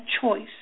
choice